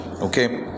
Okay